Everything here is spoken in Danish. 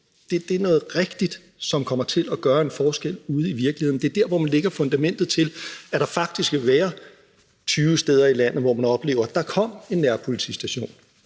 Det er noget rigtigt, som kommer til at gøre en forskel ude i virkeligheden. Det er der, hvor man faktisk lægger fundamentet til, at der faktisk vil være 20 steder i landet, hvor man vil opleve, at der kommer en nærpolitistation.